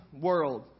world